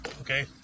okay